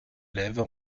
lèvent